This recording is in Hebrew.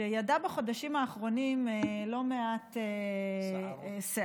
שידע בחודשים האחרונים לא מעט סערות,